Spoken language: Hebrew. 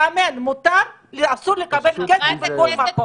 לאמן מותר, אסור לקבל כסף בכל מקום.